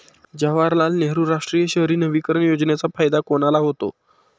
जवाहरलाल नेहरू राष्ट्रीय शहरी नवीकरण योजनेचा फायदा कोणाला होतो?